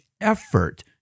effort